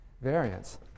variance